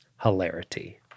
hilarity